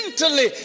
mentally